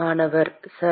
மாணவர் சார்